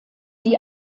die